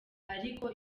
ariko